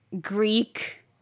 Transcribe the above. Greek